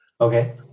okay